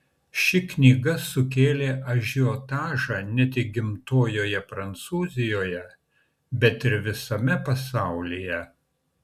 ši knyga sukėlė ažiotažą ne tik gimtojoje prancūzijoje bet ir visame pasaulyje